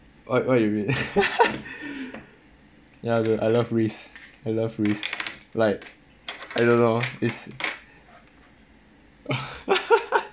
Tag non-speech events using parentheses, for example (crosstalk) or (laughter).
what what you mean (laughs) ya dude I love risk I love risk like I don't know is (laughs)